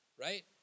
right